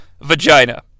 vagina